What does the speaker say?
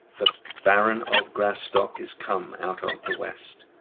the baron of grastock is come out of the west,